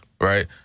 Right